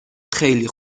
خیلی